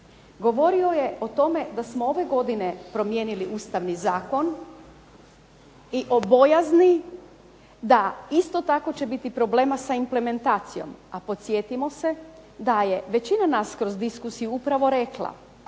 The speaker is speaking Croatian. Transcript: Govorio je o tome da smo ove godine promijenili ustavni zakon i o bojazni da isto tako će biti problema sa implementacijom, a podsjetimo se da je većina nas kroz diskusiju upravo rekla